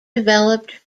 developed